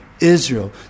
Israel